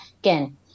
again